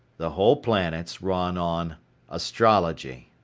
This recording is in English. the whole planet's run on astrology.